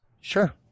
Sure